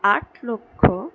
আট লক্ষ